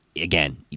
again